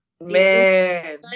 Man